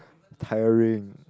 tiring